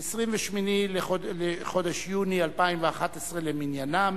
28 בחודש יוני 2011 למניינם.